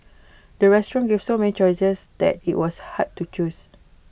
the restaurant gave so many choices that IT was hard to choose